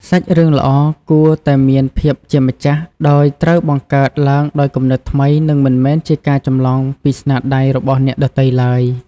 សាច់រឿងល្អគួរតែមានភាពជាម្ចាស់ ដោយត្រូវបង្កើតឡើងដោយគំនិតថ្មី និងមិនមែនជាការចម្លងពីស្នាដៃរបស់អ្នកដទៃឡើយ។